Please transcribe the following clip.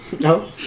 No